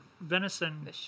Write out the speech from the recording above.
venison